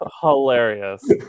hilarious